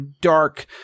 dark